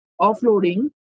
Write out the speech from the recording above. offloading